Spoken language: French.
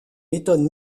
méthodes